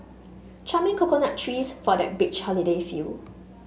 charming coconut trees for that beach holiday feel